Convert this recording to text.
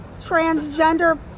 transgender